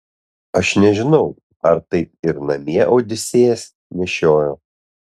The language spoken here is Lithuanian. aš nežinau ar taip ir namie odisėjas nešiojo